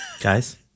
Guys